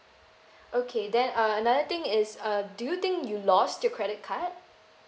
okay then uh another thing is uh do you think you lost your credit card